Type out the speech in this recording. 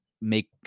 make